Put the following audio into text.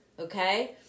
Okay